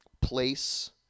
place